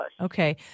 Okay